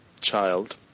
child